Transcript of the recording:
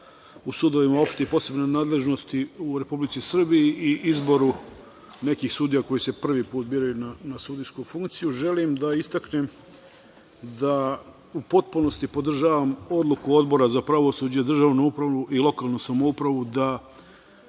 u sudovima opšte i posebne nadležnosti u Republici Srbiji i izboru nekih sudija koji se prvi put biraju na sudijsku funkciju, želim da istaknem da u potpunosti podržavam odluku Odbora za pravosuđe, državnu upravu i lokalnu samoupravu da